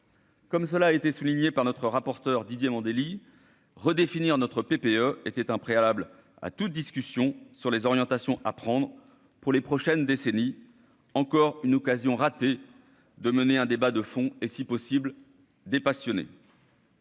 Comme cela a été souligné par notre rapporteur Didier Mandelli redéfinir notre PPE était un préalable à toute discussion sur les orientations à prendre pour les prochaines décennies encore une occasion ratée de mener un débat de fond et si possible des passionnés.